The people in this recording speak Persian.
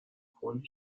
کلی